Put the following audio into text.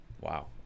wow